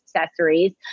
accessories